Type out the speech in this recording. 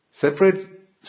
separate